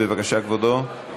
בבקשה, כבודו.